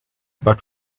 but